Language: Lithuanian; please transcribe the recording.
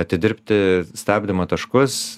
atidirbti stabdymo taškus